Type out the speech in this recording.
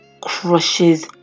crushes